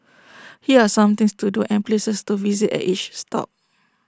here are some things to do and places to visit at each stop